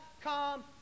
come